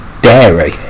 dairy